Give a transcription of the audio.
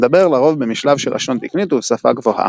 מדבר לרוב במשלב של לשון תקנית ובשפה גבוהה.